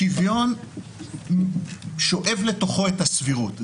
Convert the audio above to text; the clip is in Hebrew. השוויון שואב לתוכו את הסבירות,